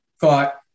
thought